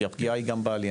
כי הפגיעה היא גם בעלייה,